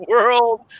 World